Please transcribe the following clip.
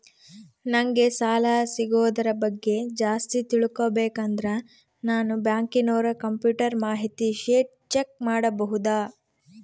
ನಂಗೆ ಸಾಲ ಸಿಗೋದರ ಬಗ್ಗೆ ಜಾಸ್ತಿ ತಿಳಕೋಬೇಕಂದ್ರ ನಾನು ಬ್ಯಾಂಕಿನೋರ ಕಂಪ್ಯೂಟರ್ ಮಾಹಿತಿ ಶೇಟ್ ಚೆಕ್ ಮಾಡಬಹುದಾ?